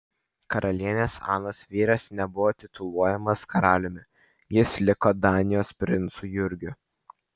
karalienės anos vyras nebuvo tituluojamas karaliumi jis liko danijos princu jurgiu